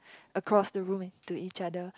across the room into each other